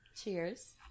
Cheers